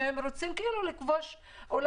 שהם רוצים כאילו לכבוש עולם.